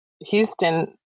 Houston